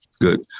good